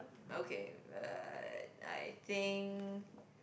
okay but I think